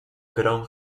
crown